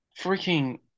freaking